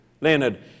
Leonard